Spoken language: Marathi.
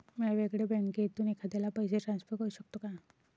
म्या वेगळ्या बँकेतून एखाद्याला पैसे ट्रान्सफर करू शकतो का?